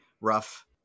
rough